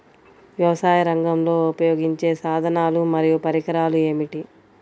వ్యవసాయరంగంలో ఉపయోగించే సాధనాలు మరియు పరికరాలు ఏమిటీ?